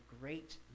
great